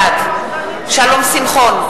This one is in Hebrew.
בעד שלום שמחון,